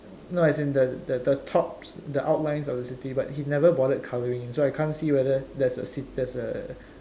no as in the the the tops the outlines of the city but he never bothered colouring it in so I can't see whether there's a ci~ there's a